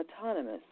autonomous